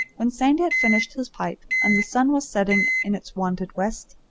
when sandy had finished his pipe and the sun was setting in its wonted west,